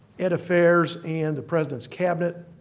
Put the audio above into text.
ed affairs and the president's cabinet.